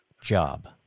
job